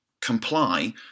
comply